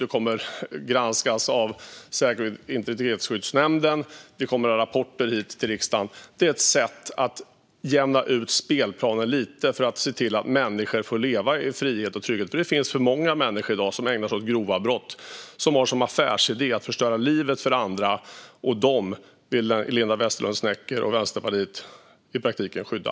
Det kommer att granskas av Säkerhets och integritetsskyddsnämnden. Det kommer rapporter hit till riksdagen. Detta är ett sätt att jämna ut spelplanen lite för att se till att människor kan leva i frihet och trygghet. Det finns nämligen för många människor i dag som ägnar sig åt grova brott och som har som affärsidé att förstöra livet för andra. De människorna vill Linda Westerlund Snecker och Vänsterpartiet i praktiken skydda.